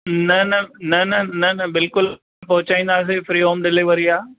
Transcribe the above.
न न न न बिल्कुल पहुचाईंदासे फ्री होम डिलिवरी आहे